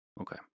Okay